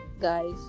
guys